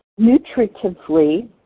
nutritively